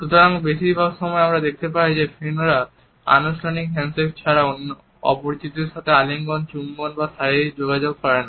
সুতরাং বেশিরভাগ সময় আমরা দেখতে পাই যে ফিনরা আনুষ্ঠানিক হ্যান্ডশেক ছাড়া অপরিচিতদের সাথে আলিঙ্গন চুম্বন বা শারীরিক যোগাযোগ করে না